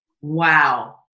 Wow